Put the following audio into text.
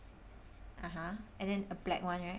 (uh huh) and then a black one right